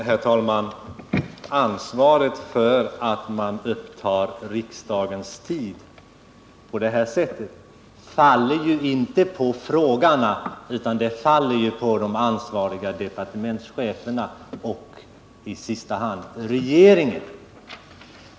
Herr talman! Ansvaret för att riksdagens tid upptas på det här sättet faller inte på frågeställarna utan på de ansvariga departementscheferna och i sista hand regeringen.